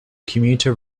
commuter